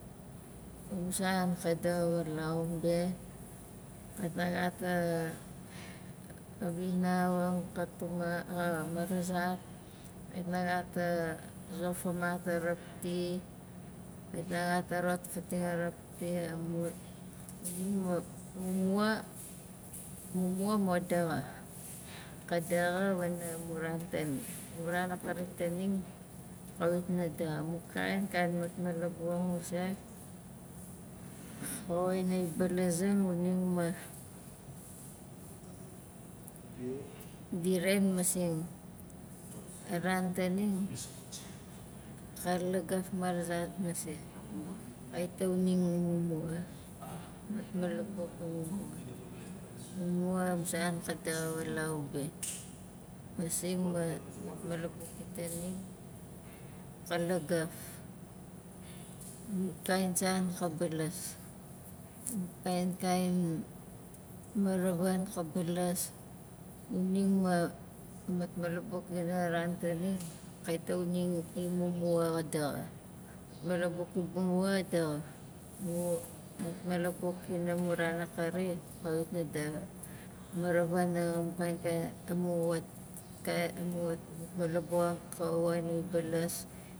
A musan ka daxa walau be kait na gat a vinauang ka tuma xa marazat, kait na gat zofamat a rapti, kait na gat a rotfating a rapti mu- taning mu- mumua, mumua mo daxa ka daxa wana mun ran taning amu ran akari taning kawit na daxa amu kain kain matmalabuxang masei xuning ma, di rain masing a ran taning ka lagaf marazat masei kait ka xuning imumua matmalabuxang imumua mumua a musan ka daxa walau be masing ma matmalabuk itaning ka lagaf amu kain san ka balas amu kain kain maravan ka balas xuning ma matmalabuk ila ran taning kait na xuning imumua xa daxa matmalabuk imumua ka daxa mu malabuxin ina mu ran akari kawit na daxa maravanang, kain kain amu wat kai- amu wat matmalabuxang kai woxining kai balas